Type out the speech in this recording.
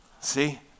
see